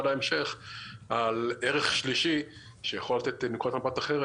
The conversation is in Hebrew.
להמשך על ערך שלישי שיכול לתת נקודת מבט אחרת,